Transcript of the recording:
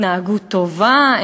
התנהגות טובה,